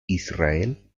israel